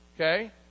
Okay